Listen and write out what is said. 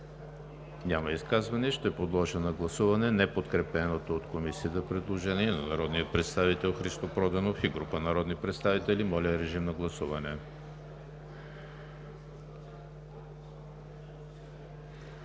Няма. Ще подложа на гласуване неподкрепеното от Комисията предложение от народния представител Христо Проданов и група народни представители. Гласували